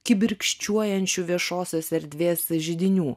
kibirkščiuojančių viešosios erdvės židinių